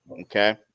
okay